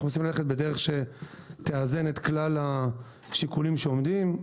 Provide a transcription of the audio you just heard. אנחנו מנסים ללכת בדרך שתאזן את כלל השיקולים שעומדים,